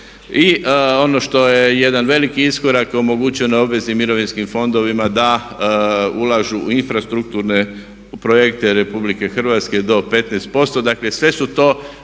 I ono što je jedan veliki iskorak omogućeno je obveznim mirovinskim fondovima da ulažu u infrastrukturne projekte Republike Hrvatske do 15%. Dakle, sve su to